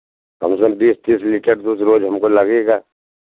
कम से कम बीस तीस लीटर दूध रोज हमको लगेगा